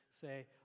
say